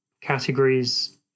categories